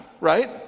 right